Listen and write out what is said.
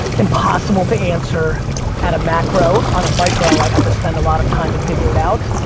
impossible to answer at a macro. on a micro, i'd have to spend a lot of time and figure it out.